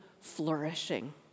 flourishing